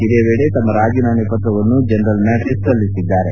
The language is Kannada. ಇದೇ ವೇಳೆ ತಮ್ಮ ರಾಜೀನಾಮೆ ಪತ್ರವನ್ನು ಜನರಲ್ ಮ್ಯಾಟಿಸ್ ಸಲ್ಲಿಸಿದ್ದಾರೆ